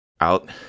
Out